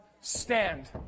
stand